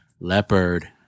Leopard